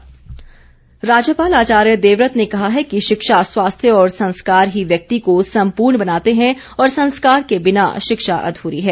राज्यपाल राज्यपाल आचार्य देवव्रत ने कहा है कि शिक्षा स्वास्थ्य और संस्कार ही व्यक्ति को संपूर्ण बनाते हैं और संस्कार के बिना शिक्षा अधूरी है